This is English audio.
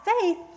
faith